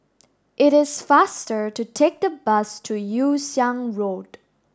it is faster to take the bus to Yew Siang Road